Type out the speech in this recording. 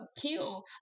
kill